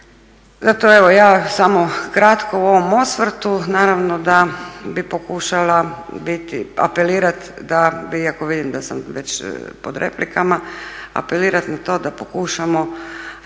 Zato evo ja samo kratko u ovom osvrtu. Naravno da bih pokušala biti, apelirati da bi ako vidim da sam već pod replikama apelirat na to da pokušamo